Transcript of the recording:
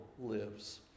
lives